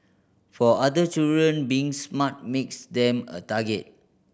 for other children being smart makes them a target